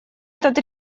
этот